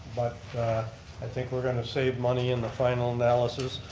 but i think we're going to save money in the final analysis.